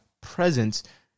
presence